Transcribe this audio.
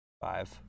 five